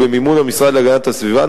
ובמימון המשרד להגנת הסביבה,